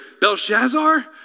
Belshazzar